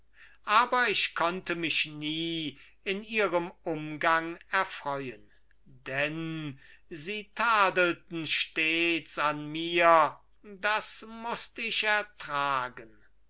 aber ich konnte mich nie in ihrem umgang erfreuen denn sie tadelten stets an mir das mußt ich ertragen